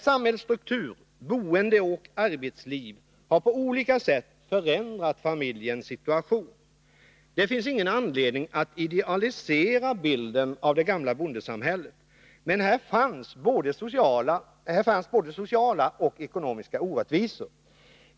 Samhällsstruktur, boende och arbetsliv har på olika sätt förändrat familjens situation. Det finns ingen anledning att idealisera bilden av det gamla bondesamhället. Här fanns både sociala och ekonomiska orättvisor.